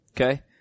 Okay